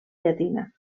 llatina